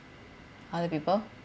other people